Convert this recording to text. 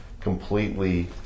completely